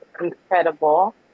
incredible